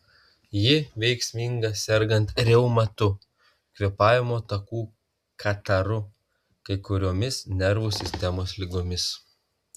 ji veiksminga sergant reumatu kvėpavimo takų kataru kai kuriomis nervų sistemos ligomis